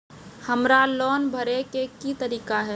हमरा लोन भरे के की तरीका है?